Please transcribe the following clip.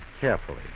carefully